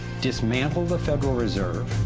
dismantle the federal reserve,